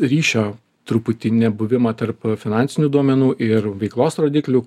ryšio truputį nebuvimą tarp finansinių duomenų ir veiklos rodiklių